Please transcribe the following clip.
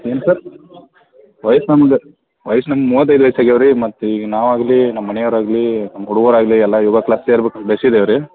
ಏನು ಸರ್ ವಯ್ಸು ನಮ್ದು ವಯ್ಸು ನಮ್ದು ಮೂವತ್ತೈದು ವಯ್ಸು ಆಗ್ಯಾವ ರೀ ಮತ್ತು ಈಗ ನಾವು ಆಗಲಿ ನಮ್ಮ ಮನೆಯವ್ರು ಆಗಲಿ ನಮ್ಮ ಹುಡುಗರು ಆಗಲಿ ಎಲ್ಲ ಯೋಗ ಕ್ಲಾಸ್ ಸೇರ್ಬೇಕಂತ ಬಯ್ಸಿದ್ದೇವೆ ರೀ